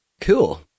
cool